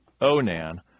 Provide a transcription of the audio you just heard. Onan